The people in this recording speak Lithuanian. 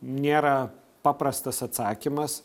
nėra paprastas atsakymas